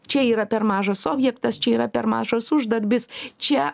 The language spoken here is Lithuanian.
čia yra per mažas objektas čia yra per mažas uždarbis čia